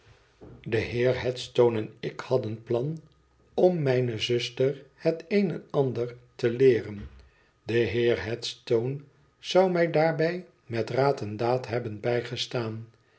de heer headstone en ik hadden plan om mijne zuster het een en ander te leeren de heer headstone zou mij daarbij met raad en daad hebben bijgestaan